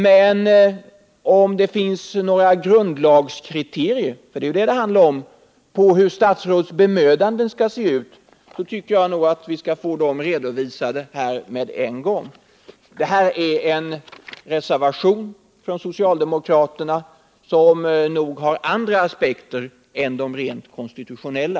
Men om det finns några grundlagskriterier — för det är ju det som det handlar om — på hur statsråds bemödanden skall se ut, så tycker jag att vi skall få dem redovisade här med en gång. Det gäller här en reservation från socialdemokraterna som nog har andra aspekter än de rent konstitutionella.